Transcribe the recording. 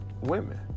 women